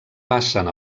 passen